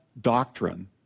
doctrine